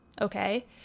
Okay